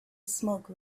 smoke